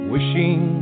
Wishing